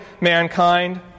mankind